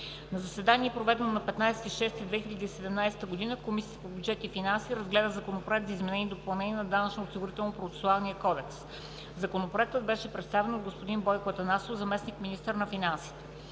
На заседание, проведено на 15 юни 2017 г., Комисията по бюджет и финанси разгледа Законопроект за изменение и допълнение на Данъчно-осигурителния процесуален кодекс. Законопроектът беше представени от господин Бойко Атанасов – зам. министър на финансите.